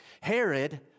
Herod